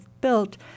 built